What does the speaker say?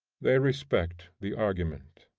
they respect the argument.